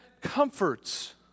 comforts